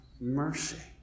mercy